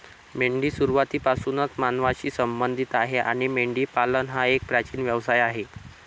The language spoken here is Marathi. मेंढी सुरुवातीपासूनच मानवांशी संबंधित आहे आणि मेंढीपालन हा एक प्राचीन व्यवसाय आहे